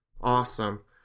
Awesome